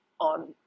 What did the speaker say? on